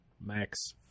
Max